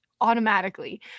automatically